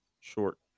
short